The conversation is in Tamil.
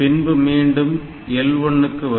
பின்பு மீண்டும் L1 க்கு வரும்